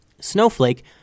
Snowflake